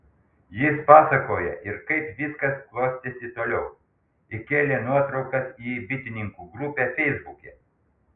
jis pasakoja ir kaip viskas klostėsi toliau įkėlė nuotraukas į bitininkų grupę feisbuke